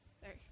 sorry